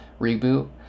reboot